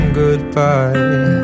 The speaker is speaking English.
goodbye